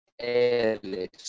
airless